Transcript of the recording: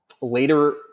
later